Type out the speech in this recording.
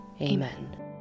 Amen